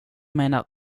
menar